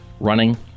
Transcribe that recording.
running